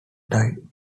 tied